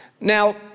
Now